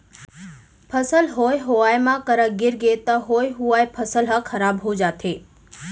फसल होए हुवाए म करा गिरगे त होए हुवाए फसल ह खराब हो जाथे